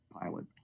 pilot